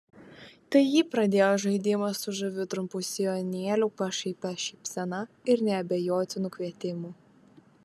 tai ji pradėjo žaidimą su žaviu trumpu sijonėliu pašaipia šypsena ir neabejotinu kvietimu